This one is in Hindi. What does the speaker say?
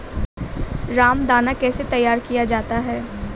रामदाना कैसे तैयार किया जाता है?